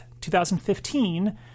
2015